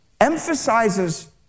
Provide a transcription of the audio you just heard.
emphasizes